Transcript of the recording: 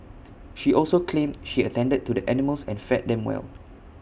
she also claimed she attended to the animals and fed them well